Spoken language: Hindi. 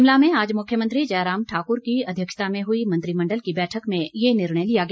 शिमला में आज मुख्यमंत्री जयराम ठाकुर की अध्यक्षता में हुई मंत्रिमण्डल की बैठक में ये निर्णय लिया गया